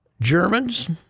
Germans